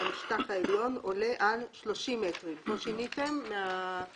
למשטח העליון עולה על 30 מטרים,"" פה שיניתם מ-20 מטרים ל-30 מטרים.